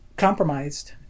compromised